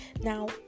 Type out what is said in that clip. Now